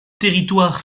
territoire